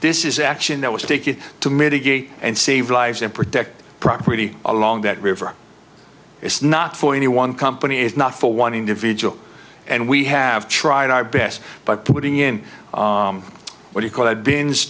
this is action that was taken to mitigate and save lives and protect property along that river it's not for any one company is not for one individual and we have tried our best by putting in what you call